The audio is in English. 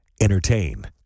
Entertain